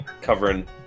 covering